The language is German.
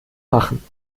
machen